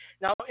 Now